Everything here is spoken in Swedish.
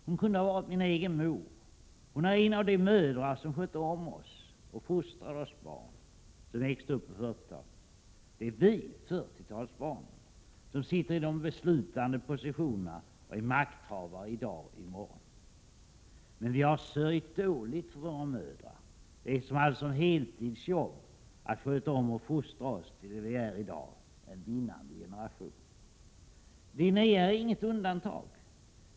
Hon kunde ha varit min egen mor — hon är en av de mödrar, som skötte om och fostrade oss barn, som växte upp på 40-talet. Det är vi, 40-talsbarnen, som sitter i de beslutande positionerna och är makthavare i dag och i morgon. Men vi har sörjt dåligt för våra mödrar, de som hade som heltidsjobb att sköta om och fostra oss till det vi är i dag — en vinnande generation. Linnéa är inget undantag.